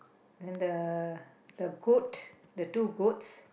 then the the goat the two goats